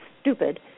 stupid